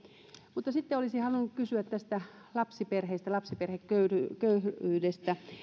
mutta sitten olisin halunnut kysyä näistä lapsiperheistä lapsiperheköyhyydestä